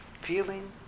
feeling